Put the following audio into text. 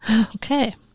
Okay